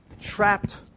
trapped